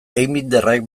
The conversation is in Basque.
einbinderrek